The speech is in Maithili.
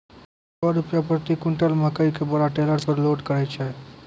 छह रु प्रति क्विंटल मकई के बोरा टेलर पे लोड करे छैय?